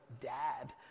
dad